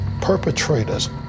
perpetrators